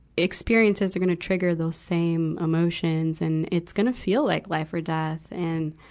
experiences are gonna trigger those same emotions and it's gonna feel like life or death. and,